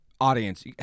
audience